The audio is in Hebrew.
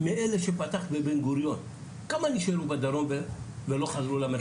מאלה שפתחת בבן גוריון כמה נשארו בדרום ולא חזרו למרכז?